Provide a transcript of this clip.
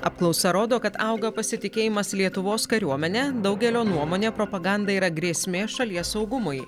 apklausa rodo kad auga pasitikėjimas lietuvos kariuomene daugelio nuomone propaganda yra grėsmė šalies saugumui